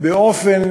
באופן